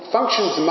functions